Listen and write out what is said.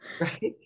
Right